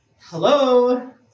hello